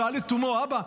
שאל לתומו: אבא,